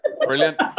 Brilliant